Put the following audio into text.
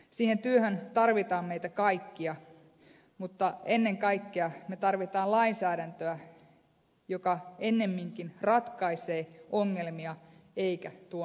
siihen työhön tarvitaan meitä kaikkia mutta ennen kaikkea me tarvitsemme lainsäädäntöä joka ennemminkin ratkaisee ongelmia eikä tuo niitä lisää